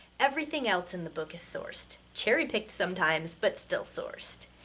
everything else in the book is sourced! cherry-picked sometimes, but still sourced.